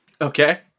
Okay